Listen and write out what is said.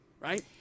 right